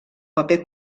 paper